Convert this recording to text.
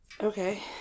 Okay